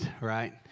right